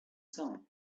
sound